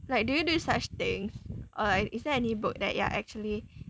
like do you do such things or like is there any book that you are actually